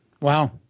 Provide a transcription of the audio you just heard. Wow